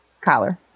collar